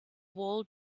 wall